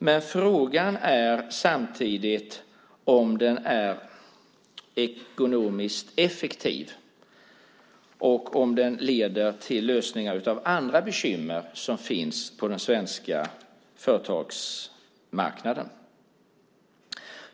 Men frågan är samtidigt om den är ekonomiskt effektiv och om den leder till lösningar av andra bekymmer som finns på den svenska företagsmarknaden.